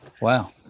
Wow